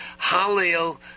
Hallel